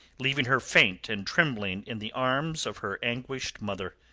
leaving her faint and trembling in the arms of her anguished mother.